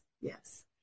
yes